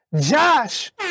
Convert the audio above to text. Josh